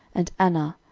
and anah,